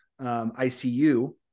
ICU